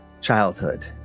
childhood